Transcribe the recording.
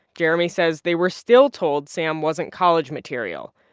jeremy says they were still told sam wasn't college material.